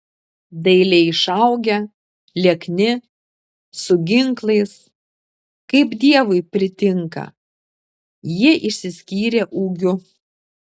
dailiai išaugę liekni su ginklais kaip dievui pritinka jie išsiskyrė ūgiu